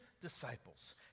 disciples